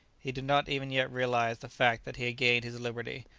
he did not even yet realize the fact that he gained his liberty,